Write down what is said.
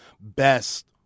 best